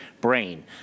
brain